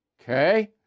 Okay